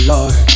Lord